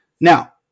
Now